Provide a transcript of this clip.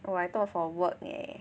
oh I thought for work eh